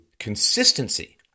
Consistency